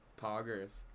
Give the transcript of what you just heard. Poggers